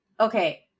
Okay